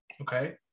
okay